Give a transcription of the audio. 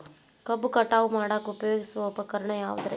ಕಬ್ಬು ಕಟಾವು ಮಾಡಾಕ ಉಪಯೋಗಿಸುವ ಉಪಕರಣ ಯಾವುದರೇ?